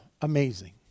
amazing